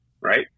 right